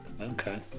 Okay